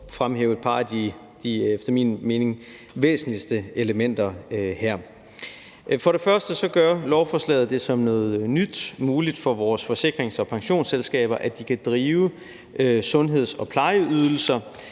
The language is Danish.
at fremhæve et par af de efter min mening væsentligste elementer her. For det første gør lovforslaget det som noget nyt muligt for vores forsikrings- og pensionsselskaber at drive virksomhed med sundheds- og plejeydelser.